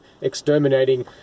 exterminating